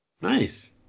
nice